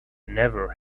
never